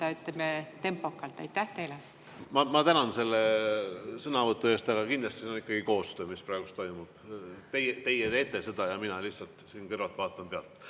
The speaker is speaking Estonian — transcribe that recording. tempokalt. Aitäh teile! Ma tänan selle sõnavõtu eest, aga kindlasti see on ikkagi koostöö, mis praegu toimub. Teie teete seda ja mina lihtsalt siin kõrvalt vaatan pealt.